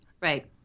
Right